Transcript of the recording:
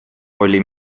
oli